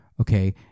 okay